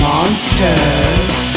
Monsters